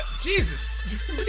Jesus